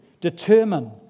determine